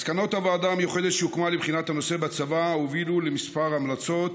מסקנות הוועדה המיוחדת שהוקמה לבחינת הנושא בצבא הובילו לכמה המלצות,